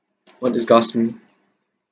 what disgusts me